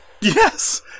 Yes